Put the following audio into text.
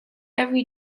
every